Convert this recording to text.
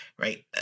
right